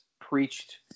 preached